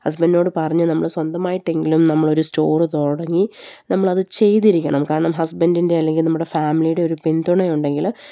ഹസ്ബൻഡിനോട് പറഞ്ഞ് നമ്മള് സ്വന്തമായിട്ടെങ്കിലും നമ്മളൊരു സ്റ്റോര് തുടങ്ങി നമ്മളത് ചെയ്തിരിക്കണം കാരണം ഹസ്ബൻഡിൻ്റെ അല്ലെങ്കില് നമ്മുടെ ഫാമിലിയുടെ ഒരു പിന്തുണയുണ്ടെങ്കില്